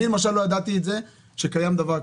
אני למשל לא ידעתי שקיים דבר כזה.